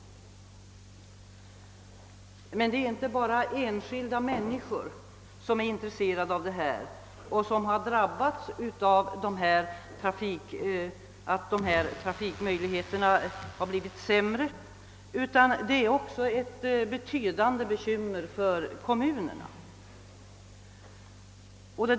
Det är emellertid inte bara enskilda människor som blivit drabbade av att trafikservicen försämrats. Det är också ett betydande bekymmer för kommunerna.